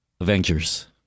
Avengers